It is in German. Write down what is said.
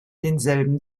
denselben